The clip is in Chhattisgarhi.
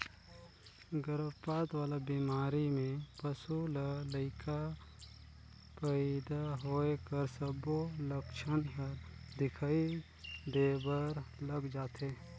गरभपात वाला बेमारी में पसू ल लइका पइदा होए कर सबो लक्छन हर दिखई देबर लग जाथे